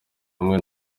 hamwe